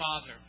Father